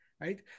right